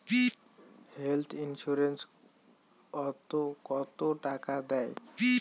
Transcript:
Health insurance ওত কত টাকা দেয়?